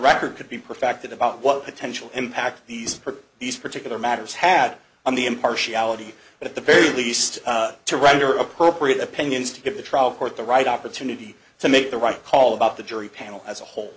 record could be perfected about what potential impact these these particular matters had on the impartiality but at the very least to render appropriate opinions to give the trial court the right opportunity to make the right call about the jury panel as a whole